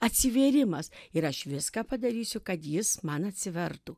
atsivėrimas ir aš viską padarysiu kad jis man atsivertų